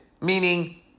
Meaning